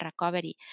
recovery